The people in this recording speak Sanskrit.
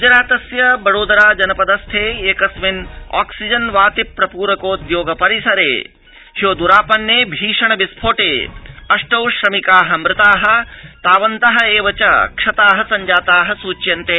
ग्जरातस्य वडोदरा जनपद स्थे एकस्मिन ऑक्सिजन वाति प्रप्रकोद्योग परिसरे ह्यो दरापन्ने भीषण विस्फोटे अष्टौ श्रमिकाः मूताः तावन्त एव च क्षताः संजाताः सुच्यन्ते